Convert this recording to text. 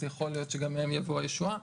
אז יכול להיות שגם מהם תבוא הישועה.